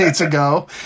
ago